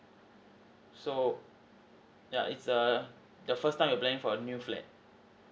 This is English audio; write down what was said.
so yeah it's a the first time we plan for a new flat